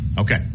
Okay